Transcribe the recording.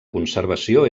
conservació